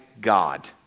God